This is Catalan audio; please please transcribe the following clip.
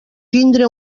tindre